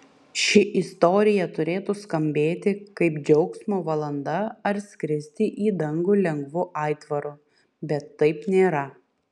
ši istorija turėtų skambėti kaip džiaugsmo valanda ar skristi į dangų lengvu aitvaru bet taip nėra